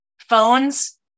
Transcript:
Phones